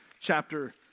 chapter